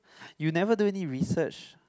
you never do any research